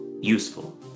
useful